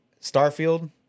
Starfield